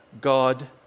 God